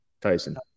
Tyson